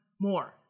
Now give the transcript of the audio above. more